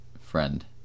friend